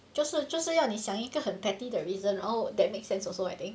就是就是要你想一个很 petty 的 reason 然后 that makes sense also I think